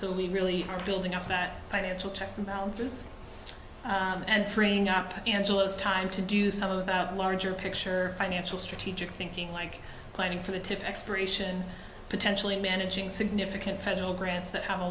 so we really are building up that financial checks and balances and freeing up angelo's time to do some of the larger picture financial strategic thinking like planning for the tip exploration potential in managing significant federal grants that have a